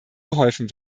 geholfen